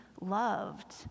loved